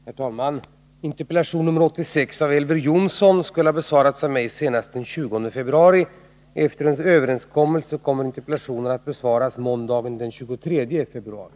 Herr talman! Interpellation nr 86 av Elver Jonsson skulle ha besvarats av mig senast den 20 februari. Efter överenskommelse kommer interpellationen att besvaras måndagen den 23 februari.